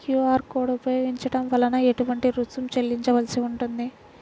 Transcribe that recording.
QR code ఉపయోగించటం వలన ఏటువంటి రుసుం చెల్లించవలసి ఉంటుంది?